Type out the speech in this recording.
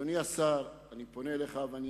אדוני השר, אני פונה אליך ואני